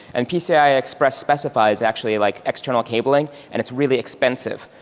and pci express specifies actually like external cabling and it's really expensive.